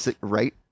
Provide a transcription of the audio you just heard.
right